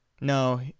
No